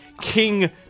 King